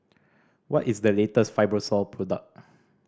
what is the latest Fibrosol product